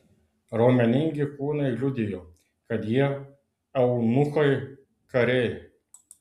raumeningi kūnai liudijo kad jie eunuchai kariai